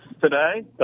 today